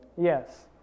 Yes